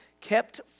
Kept